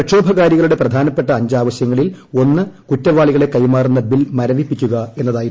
പ്രക്ഷോഭകാരികളുടെ പ്രധാനപ്പെട്ട അഞ്ച് ആവശ്യങ്ങളിൽ ഒന്ന് കുറ്റവാളികളെ കൈമാറുന്ന ബിൽ മരവിപ്പിക്കുക എന്നതായിരുന്നു